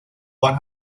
one